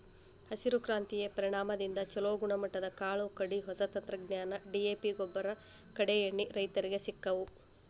ಹಸಿರು ಕ್ರಾಂತಿಯ ಪರಿಣಾಮದಿಂದ ಚುಲೋ ಗುಣಮಟ್ಟದ ಕಾಳು ಕಡಿ, ಹೊಸ ತಂತ್ರಜ್ಞಾನ, ಡಿ.ಎ.ಪಿಗೊಬ್ಬರ, ಕೇಡೇಎಣ್ಣಿ ರೈತರಿಗೆ ಸಿಕ್ಕವು